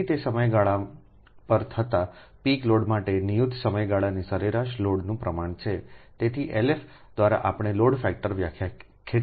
તેથી તે સમયગાળા પર થતાં પીક લોડ માટે નિયુત સમયગાળાની સરેરાશ લોડનું પ્રમાણ છે તેથી LF દ્વારા આપણે લોડ ફેક્ટર વ્યાખ્યાયિત કરી રહ્યા છીએ